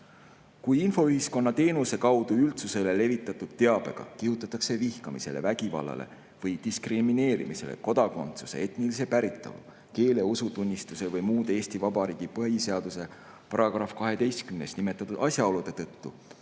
Kui infoühiskonna teenuse kaudu üldsusele levitatud teabega kihutatakse vihkamisele, vägivallale või diskrimineerimisele kodakondsuse, etnilise päritolu, keele, usutunnistuse või muude Eesti Vabariigi põhiseaduse §‑s 12 nimetatud asjaolude tõttu,